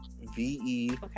V-E